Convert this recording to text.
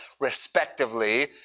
respectively